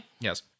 Yes